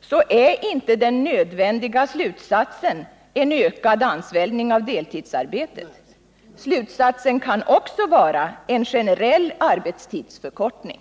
så är inte den nödvändiga slutsatsen en ökad ansvällning av deltidsarbetet. Slutsatsen kan också vara en generell arbetstidsförkortning.